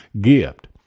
gift